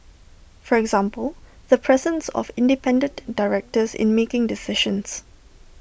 for example the presence of independent directors in making decisions